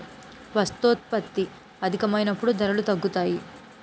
వస్తోత్పత్తి అధికమైనప్పుడు ధరలు తగ్గుతాయి